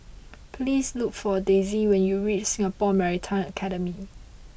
please look for Daisey when you reach Singapore Maritime Academy